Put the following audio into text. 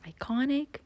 iconic